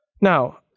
Now